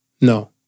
No